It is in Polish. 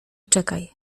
czekaj